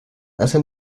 hace